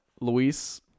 Luis